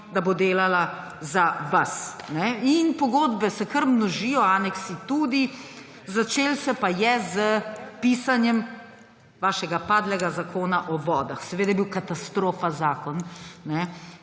da bo delala za vas. In pogodbe se kar množijo, aneksi tudi, začelo se pa je s pisanjem vašega padlega Zakona o vodah. Seveda je bil zakon